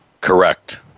Correct